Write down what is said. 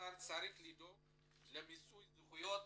האתר צריך לדאוג למיצוי זכויות